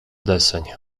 deseń